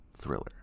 thriller